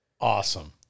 awesome